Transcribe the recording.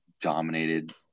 dominated